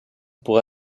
pour